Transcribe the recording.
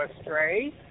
astray